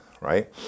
right